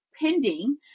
Pending